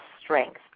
strength